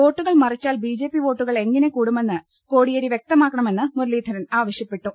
വോട്ടുകൾ മറിച്ചാൽ ബിജെപി വോട്ടുകൾ എങ്ങിനെ കൂടുമെന്ന് കോടിയേരി വ്യക്ത മാക്കണമെന്ന് മുരളീധരൻ ആവശ്യപ്പെട്ടു